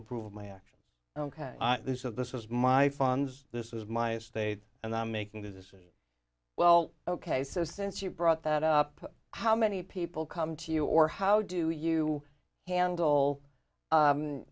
approve of my actions ok this of this is my funds this is my state and i'm making the decision well ok so since you brought that up how many people come to you or how do you handle